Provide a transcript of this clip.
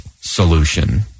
solution